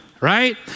right